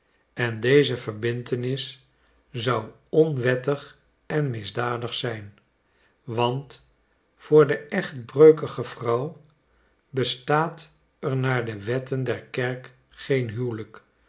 en deze verbintenis zou onwettig en misdadig zijn want voor de echtbreukige vrouw bestaat er naar de wetten der kerk geen huwelijk